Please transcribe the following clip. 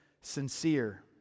sincere